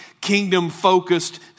kingdom-focused